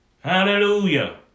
Hallelujah